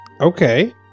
Okay